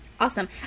Awesome